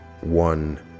one